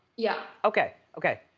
yeah. okay, okay.